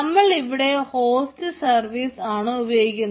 നമ്മളിവിടെ storage service ആണ് ഉപയോഗിക്കുന്നത്